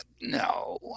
No